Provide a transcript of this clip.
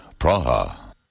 Praha